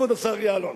כבוד השר יעלון,